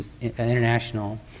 International